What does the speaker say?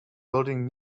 building